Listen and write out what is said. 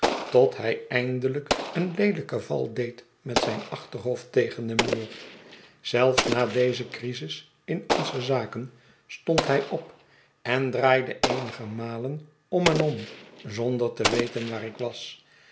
tot hij eindelijk een leelijken val deed met zijn achterhoofd tegen den muur zelfs na deze crisis in onze zaken stond hij op en draaide eenige malen om en om zonder te weten waar ik was